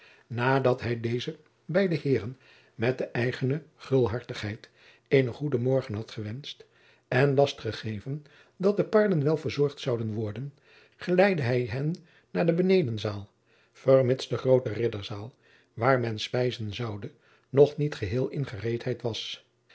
nadat hij deze beide heeren met de hem eigene gulhartigheid eenen goeden morgen had gewenscht en last gegeven dat de paarden wel verzorgd zouden worden geleidde hij hen naar de benedenzaal vermits de groote ridderzaal waar men spijzen zoude nog niet geheel in gereedheid was